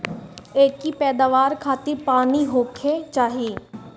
एकरी पैदवार खातिर पानी होखे के चाही